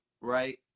right